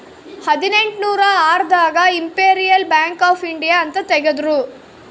ಹದಿನೆಂಟನೂರ ಆರ್ ದಾಗ ಇಂಪೆರಿಯಲ್ ಬ್ಯಾಂಕ್ ಆಫ್ ಇಂಡಿಯಾ ಅಂತ ತೇಗದ್ರೂ